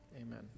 Amen